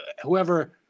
whoever